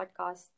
podcast